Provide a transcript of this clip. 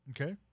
okay